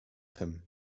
him